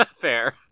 Fair